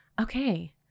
Okay